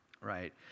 right